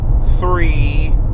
Three